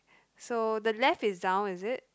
so the left is down is it